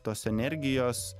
tos energijos